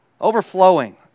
overflowing